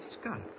Scott